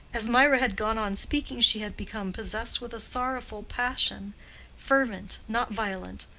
as mirah had gone on speaking she had become possessed with a sorrowful passion fervent, not violent.